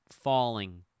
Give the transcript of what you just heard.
falling